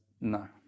no